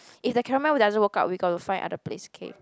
if the Carol Mel doesn't work out we got to find other place okay